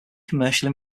commercial